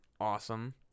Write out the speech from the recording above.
awesome